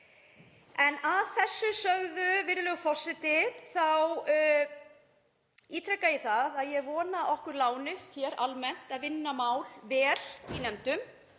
Að þessu sögðu, virðulegur forseti, ítreka ég að ég vona að okkur lánist hér almennt að vinna mál vel í nefndum,